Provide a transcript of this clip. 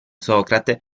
socrate